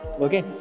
Okay